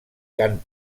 cant